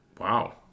Wow